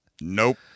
nope